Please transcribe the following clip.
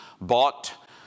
bought